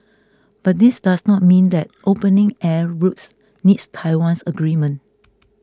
but this does not mean that opening air routes needs Taiwan's agreement